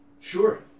Sure